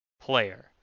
player